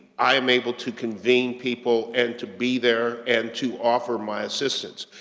i'm able to convene people and to be there, and to offer my assistance.